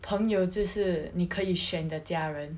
朋友就是你可以选的家人